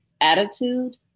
attitude